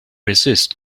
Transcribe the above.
resist